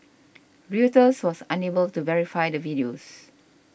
Reuters was unable to verify the videos